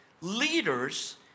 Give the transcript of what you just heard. leaders